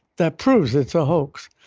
that proves it's a hoax.